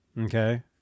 Okay